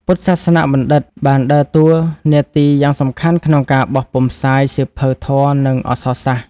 ពុទ្ធសាសនបណ្ឌិត្យបានដើរតួនាទីយ៉ាងសំខាន់ក្នុងការបោះពុម្ពផ្សាយសៀវភៅធម៌ និងអក្សរសាស្ត្រ។